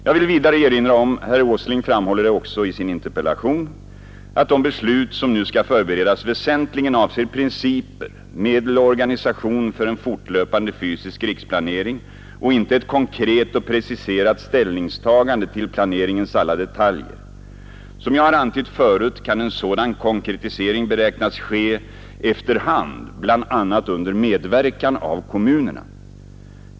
Jag vill vidare erinra om — herr Åsling framhåller det också i sin interpellation — att de beslut som nu skall förberedas väsentligen avser principer, medel och organisation för en fortlöpande fysisk riksplanering och inte ett konkret och preciserat ställningstagande till planeringens alla detaljer. Som jag har antytt förut kan en sådan konkretisering beräknas ske efter hand, bl.a. under medverkan av kommunerna.